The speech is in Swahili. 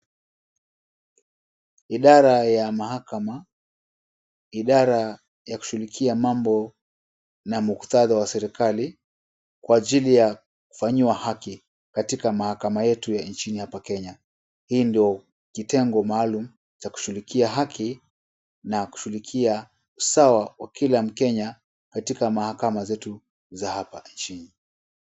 Idara ya mahakama, idara ya kushughulikia mambo na muktadha wa serikali kwa ajili ya kufanyiwa haki katika mahakama yetu ya inchini hapa Kenya. Hii ndo kitengo maalum cha kushughulikia haki na kushughulikia usawa wa kila mkenya katika mahakama zetu za hapa inchini.